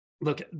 look